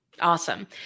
Awesome